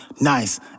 Nice